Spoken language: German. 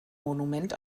monument